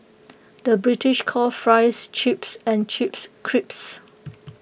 the British calls Fries Chips and Chips Crisps